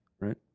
Right